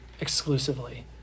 exclusively